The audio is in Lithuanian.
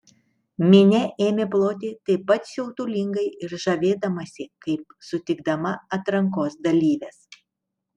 minia ėmė ploti taip pat siautulingai ir žavėdamasi kaip sutikdama atrankos dalyves